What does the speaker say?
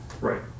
right